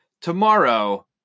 Tomorrow